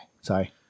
Sorry